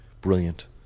Brilliant